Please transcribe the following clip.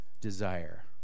desire